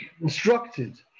instructed